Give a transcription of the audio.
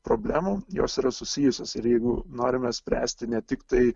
problemų jos yra susijusios ir jeigu norime spręsti ne tiktai